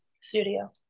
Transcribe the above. studio